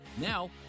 Now